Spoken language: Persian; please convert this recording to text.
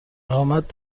اقامت